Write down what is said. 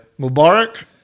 Mubarak